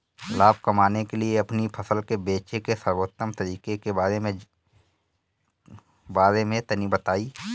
लाभ कमाने के लिए अपनी फसल के बेचे के सर्वोत्तम तरीके के बारे में तनी बताई?